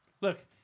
Look